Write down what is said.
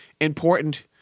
important